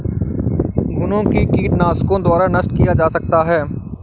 घुनो को कीटनाशकों द्वारा नष्ट किया जा सकता है